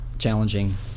challenging